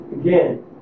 again